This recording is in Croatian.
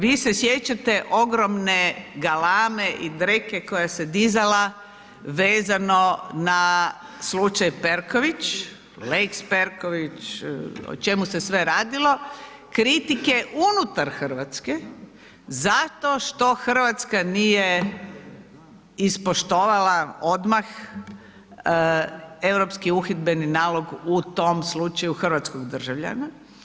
Vi se sjećate ogromne galame i dreke koja se dizala vezano na slučaj Perković, lex Perković, o čemu se sve radilo, kritike unutar Hrvatske zato što Hrvatska nije ispoštovala odmah Europski uhidbeni nalog u tom slučaju hrvatskog državljana.